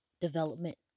development